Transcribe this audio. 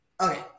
okay